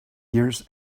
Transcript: years